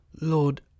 lord